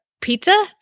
pizza